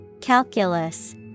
Calculus